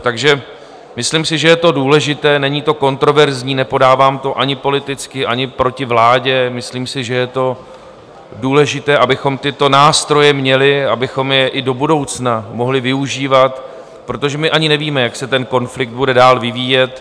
Takže myslím si, že je to důležité, není to kontroverzní, nepodávám to ani politicky, ani proti vládě, myslím si, že je to důležité, abychom tyto nástroje měli, abychom je i do budoucna mohli využívat, protože my ani nevíme, jak se ten konflikt bude dál vyvíjet.